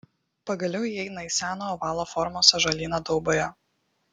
pagaliau įeina į seną ovalo formos ąžuolyną dauboje